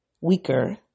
Weaker